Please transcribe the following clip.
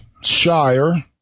shire